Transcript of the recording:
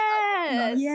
Yes